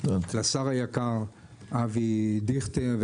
לשר היקר אבי דיכטר,